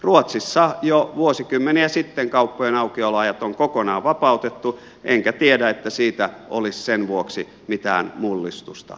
ruotsissa jo vuosikymmeniä sitten kauppojen aukioloajat on kokonaan vapautettu enkä tiedä että siitä olisi sen vuoksi mitään mullistusta syntynyt